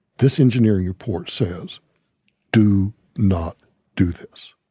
this engineering report says do not do this.